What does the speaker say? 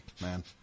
man